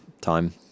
time